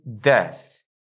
death